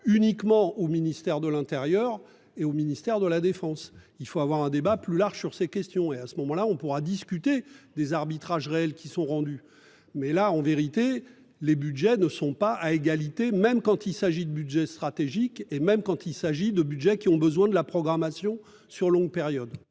uniquement au ministère de l'Intérieur et au ministère de la Défense. Il faut avoir un débat plus large sur ces questions et à ce moment-là on pourra discuter des arbitrages réels qui sont rendus mais là en vérité les Budgets ne sont pas à égalité, même quand il s'agit de budget stratégique et même quand il s'agit de budget qui ont besoin de la programmation sur longue période.